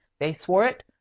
they swore it.